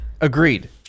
Agreed